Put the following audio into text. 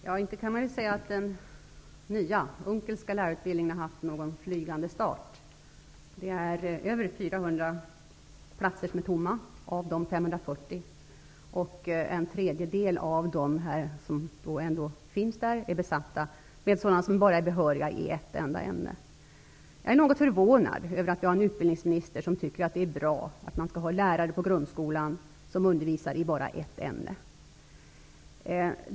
Herr talman! Man kan inte säga att den nya Unckelska lärarutbildningen har fått en flygande start. Över 400 platser är tomma av de 540, och en tredjedel av platserna är besatta med studenter som är behöriga i bara ett enda ämne. Jag är något förvånad över att vi har en utbildningsminister, som tycker att det är bra att man på högskolan har lärare som undervisar i bara ett ämne.